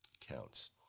counts